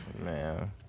Man